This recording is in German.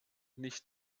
nicht